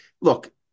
look